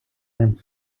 ним